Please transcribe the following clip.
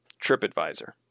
Tripadvisor